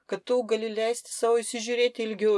kad tu gali leisti sau įsižiūrėti ilgiau